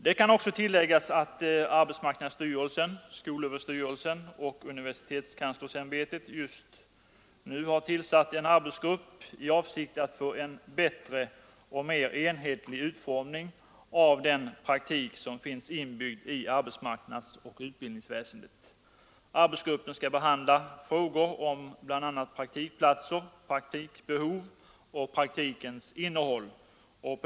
Det kan tilläggas att arbetsmarknadsstyrelsen, skolöverstyrelsen och universitetskanslersäm betet just har tillsatt en arbetsgrupp i avsikt att få en bättre och mer enhetlig utformning av den praktik som finns inbyggd i arbetsmarknadsoch utbildningsväsendet. Arbetsgruppen skall behandla frågor om bl.a. praktikplatser, praktikbehov och praktikens innehåll.